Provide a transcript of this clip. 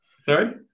Sorry